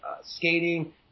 skating